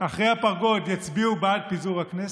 יצביעו מאחורי הפרגוד בעד פיזור הכנסת?